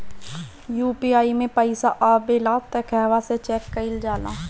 UPI मे पइसा आबेला त कहवा से चेक कईल जाला?